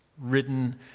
written